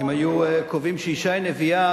אם היו קובעים שאשה היא נביאה,